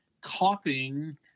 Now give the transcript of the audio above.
copying